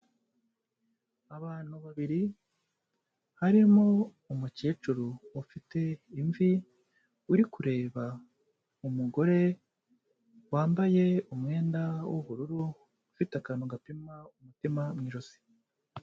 Abantu babiri harimo umukecuru ufite imvi, uri kureba umugore wambaye umwenda w'ubururu ufite akantu gapima umutima mu ijosi.